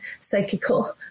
psychical